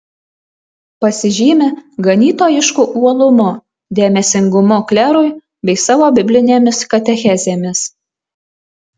pasižymi ganytojišku uolumu dėmesingumu klerui bei savo biblinėmis katechezėmis